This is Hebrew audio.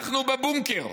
אנחנו בבונקר,